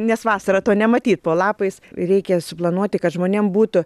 nes vasarą to nematyt po lapais reikia suplanuoti kad žmonėm būtų